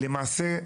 למעשה,